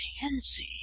Pansy